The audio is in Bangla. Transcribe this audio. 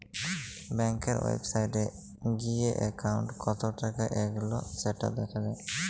ব্যাংকের ওয়েবসাইটে গিএ একাউন্ট কতটা এগল্য সেটা দ্যাখা যায়